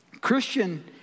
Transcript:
Christian